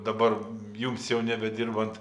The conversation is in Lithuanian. dabar jums jau nebedirbant